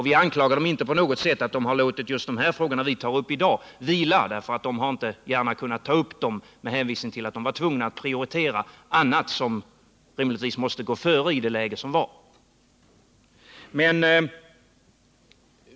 Vi anklagar dem inte på något sätt för att de har låtit just de frågor som vi tar upp i dag vila — de hade inte gärna kunnat ta upp dem eftersom de var tvungna att prioritera annat som rimligtvis måste gå före i det läge som rådde.